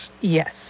Yes